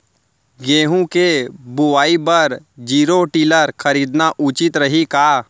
गेहूँ के बुवाई बर जीरो टिलर खरीदना उचित रही का?